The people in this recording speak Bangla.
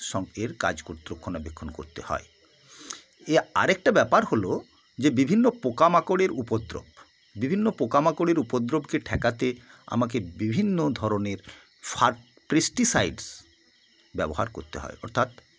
সং এর কাজ করতে রক্ষণাবেক্ষণ কোত্তে হয় এ আরেকটা ব্যাপার হলো যে বিভিন্ন পোকামাকড়ের উপদ্রব বিভিন্ন পোকামাকড়ের উপদ্রবকে ঠেকাতে আমাকে বিভিন্ন ধরনের ফার প্রেস্টিসাইডস ব্যবহার করতে হয় অর্থাৎ